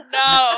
no